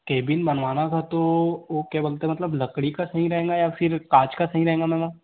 cabin बनवाना था तो वह क्या बोलते मतलब लकड़ी का सही रहेगा या फ़िर काँच का सही रहेगा मैम